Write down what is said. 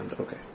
okay